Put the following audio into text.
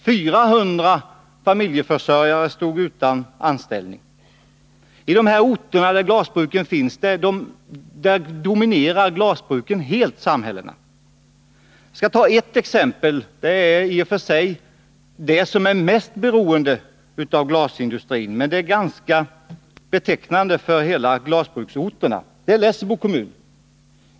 400 familjeförsörjare stod utan anställning. I de orter där glasbruken finns dominerar dessa helt samhällena. Jag kan som exempel nämna en kommun, som i och för sig hör till dem som är mest beroende av glasbruksindustrin, men utvecklingen där är ganska betecknande för vad som skett vid alla glasbruksorter. Det är Lessebo kommun.